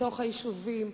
בתוך היישובים.